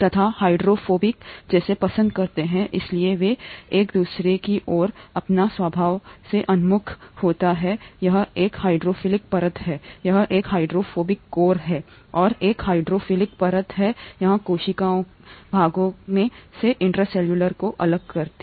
तथा हाइड्रोफोबिक जैसे पसंद करते हैं इसलिए वे एक दूसरे की ओर और अपने स्वभाव से उन्मुख होते हैं यहाँ एक हाइड्रोफिलिक परत है यहाँ एक हाइड्रोफोबिक कोर है और एक हाइड्रोफिलिक परत है यहाँ कोशिकी भागों से इंट्रासेल्युलर को अलग करना